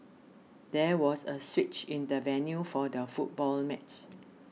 there was a switch in the venue for the football match